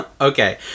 Okay